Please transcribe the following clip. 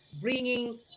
bringing